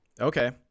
Okay